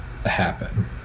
happen